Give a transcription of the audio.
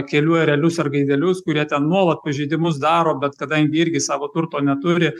kelių erelius ar gaidelius kurie ten nuolat pažeidimus daro bet kadangi irgi savo turto neturi